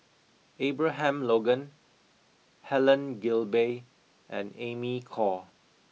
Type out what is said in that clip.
Abraham Logan Helen Gilbey and Amy Khor